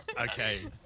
Okay